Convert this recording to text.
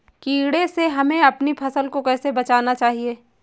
कीड़े से हमें अपनी फसल को कैसे बचाना चाहिए?